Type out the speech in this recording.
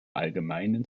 allgemeinen